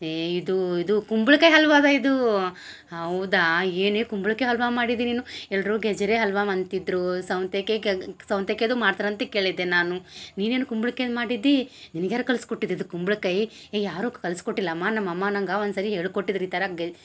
ಏ ಇದು ಇದು ಕುಂಬ್ಳುಕಾಯಿ ಹಲ್ವ ಅದ ಇದು ಹೌದಾ ಏನೇ ಕುಂಬ್ಳುಕಾಯಿ ಹಲ್ವ ಮಾಡಿದಿ ನೀನು ಎಲ್ರು ಗೆಜರೆ ಹಲ್ವಂ ಅಂತಿದ್ದರು ಸೌಂತೆಕೆ ಗೆ ಸೌಂತೆಕೆದು ಮಾಡ್ತಾರಂತ ಕೇಳಿದ್ದೆ ನಾನು ನೀನು ಏನು ಕುಂಬ್ಳುಕಾಯ್ದು ಮಾಡಿದ್ದಿ ನಿನಗೆ ಯಾರು ಕಲ್ಸಿ ಕೊಟ್ಟಿದಿದ್ದು ಕುಂಬ್ಳುಕಾಯಿ ಏ ಯಾರು ಕಲ್ಸಿ ಕೊಟ್ಟಿಲಮ್ಮ ನಮ್ಮ ಅಮ್ಮ ನಂಗೆ ಒನ್ಸರಿ ಹೇಳಿ ಕೊಟ್ಟಿದ್ರು ಈ ಥರಗೆ